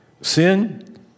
Sin